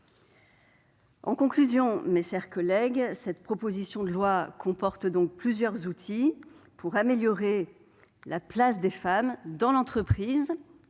En conclusion, mes chers collègues, il apparaît que cette proposition de loi comporte plusieurs outils pour améliorer la place des femmes dans l'entreprise